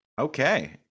Okay